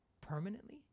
Permanently